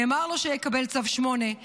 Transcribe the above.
נאמר לו שיקבל צו שמונה,